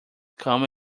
come